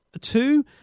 Two